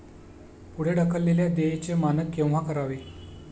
पुढे ढकललेल्या देयचे मानक केव्हा करावे?